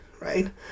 right